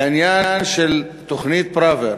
בעניין של תוכנית פראוור,